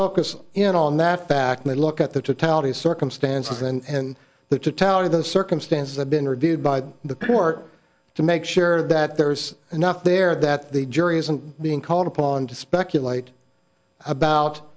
focus in on that fact and look at the totality of circumstances and the to tell you the circumstances have been reviewed by the court to make sure that there's enough there that the jury isn't being called upon to speculate about